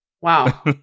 Wow